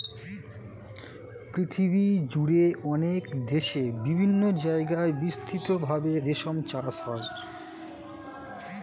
পৃথিবীজুড়ে অনেক দেশে বিভিন্ন জায়গায় বিস্তৃত ভাবে রেশম চাষ হয়